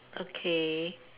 okay